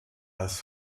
als